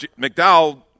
McDowell